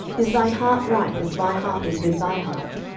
is thine heart right, as my heart is with thy heart?